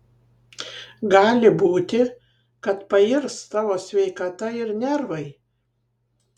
gali būti kad pairs tavo sveikata ir nervai